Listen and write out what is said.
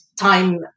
time